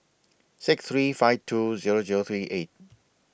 six three five two Zero Zero three eight